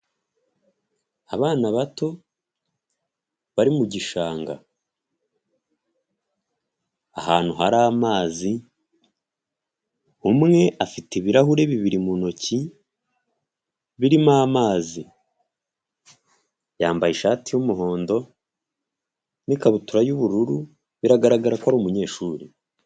Abana bato bari mu gishanga ahantu hari amazi umwe afite ibirahuri bibiri mu ntoki birimo amazi, yambaye ishati y'umuhondo n'ikabutura y'ubururu biragaragara ko ari umunyeshuri.